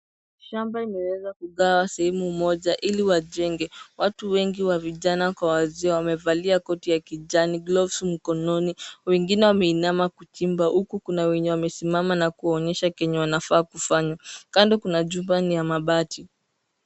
Shamba limewezwa kugawa sehemu moja ili wajenge. Watu wengi vijana kwa wazee wamevalia koti ya kijani, glovu mkononi wengine wameinama kuchimba huku kunawengine wanawaonyesha kienyeji wanafaa kufanya. Kando kuna jumba ni ya mabati.